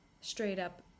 straight-up